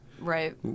Right